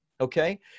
okay